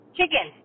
Chicken